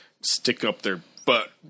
stick-up-their-butt